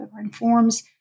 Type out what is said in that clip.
informs